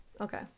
okay